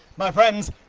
my friends,